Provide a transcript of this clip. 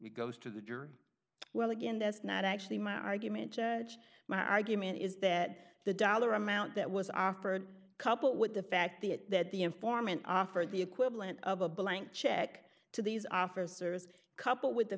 goes to the jury well again that's not actually my argument my argument is that the dollar amount that was offered a couple with the fact that the informant offered the equivalent of a blank check to these officers couple with the